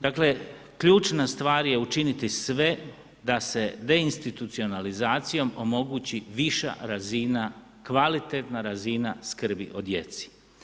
Dakle, ključna stvar je učiniti sve da se deinstitucionalizacijom omogući viša razina, kvalitetna razina skrbi o djeci.